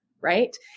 Right